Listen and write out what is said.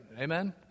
Amen